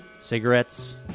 Cigarettes